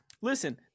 listen